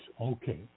okay